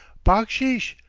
backsheesh,